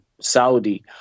Saudi